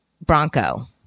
Bronco